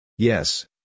Yes